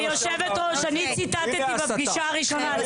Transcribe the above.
היושבת-ראש, אני ציטטתי בישיבה הראשונה.